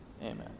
Amen